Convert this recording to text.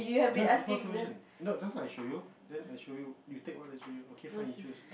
just before two questions no just now I show you then I show you you take one I show you okay fine you choose